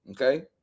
okay